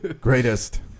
Greatest